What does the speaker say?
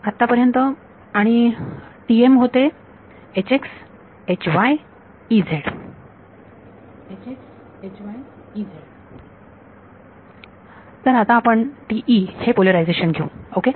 आत्तापर्यंत आणि TM होते विद्यार्थी तर आता आपण TE हे पोलरायझेशन घेऊ ओके